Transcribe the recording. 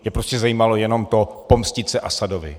Je prostě zajímalo jenom to pomstít se Asadovi.